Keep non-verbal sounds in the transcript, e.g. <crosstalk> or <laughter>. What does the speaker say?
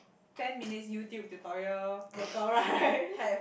ten minutes YouTube tutorial workout right <laughs>